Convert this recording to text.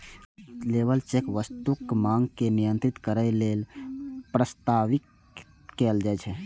labour check वस्तुक मांग के नियंत्रित करै लेल प्रस्तावित कैल जाइ छै